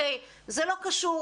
זה לא קשור.